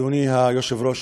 אדוני היושב-ראש,